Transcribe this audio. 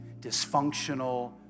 dysfunctional